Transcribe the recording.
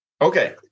Okay